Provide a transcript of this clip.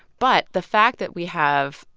but the fact that we have,